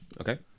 Okay